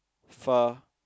far